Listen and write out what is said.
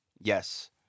yes